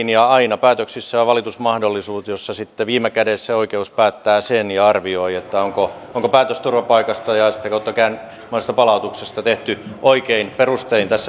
aina päätöksissä on valitusmahdollisuus jossa sitten viime kädessä oikeus päättää sen ja arvioi onko päätös turvapaikasta ja sitä kautta myös palautuksesta tehty oikein perustein yksilöllisessä käsittelyssä